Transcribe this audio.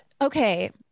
Okay